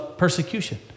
persecution